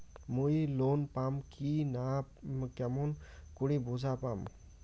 মুই লোন পাম কি না কেমন করি বুঝা পাম?